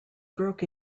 broke